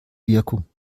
wirkung